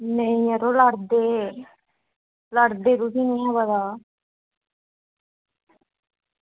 नेईं यरो लड़दे तुसें गी निं पता